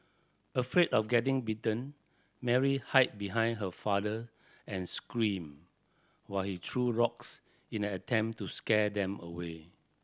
afraid of getting bitten Mary hide behind her father and screamed while he threw rocks in an attempt to scare them away